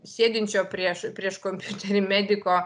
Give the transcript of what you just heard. sėdinčio prieš prieš kompiuterį mediko